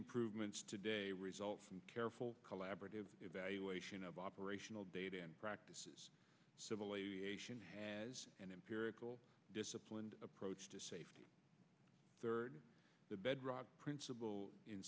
improvements today result from careful collaborative evaluation of operational data practices civil aviation has an empirical disciplined approach to safety third the bedrock principle i